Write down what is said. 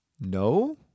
no